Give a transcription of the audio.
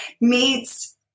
meets